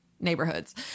neighborhoods